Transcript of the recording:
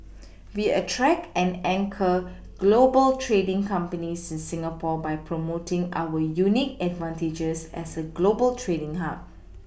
we attract and anchor global trading companies in Singapore by promoting our unique advantages as a global trading Hub